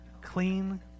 Clean